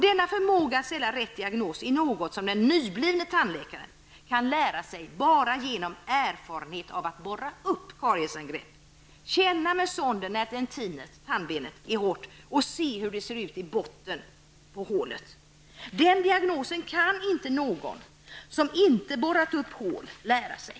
Denna förmåga att ställa rätt diagnos är något som den nyblivne tandläkaren bara kan lära sig genom erfarenheten av att borra upp kariesangrepp, känna med sonden var dentinet, tandbenet, är hårt och se hur det ser ut i botten av hålet. Den diagnosen kan inte någon som inte borrat upp hål lära sig.